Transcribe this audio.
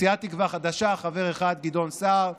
לסיעת תקווה חדשה חבר אחד: גדעון סער,